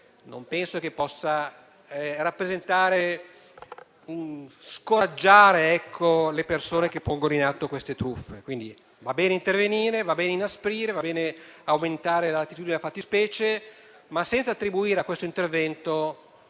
non penso che possa scoraggiare le persone che pongono in atto queste truffe. Va bene intervenire, va bene inasprire, va bene aumentare l'ampiezza della fattispecie, ma senza attribuire a questo intervento